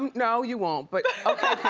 no you won't, but okay